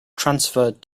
transferred